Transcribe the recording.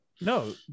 No